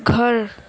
گھر